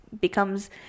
becomes